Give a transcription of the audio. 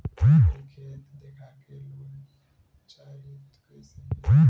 हमके खेत देखा के लोन चाहीत कईसे मिली?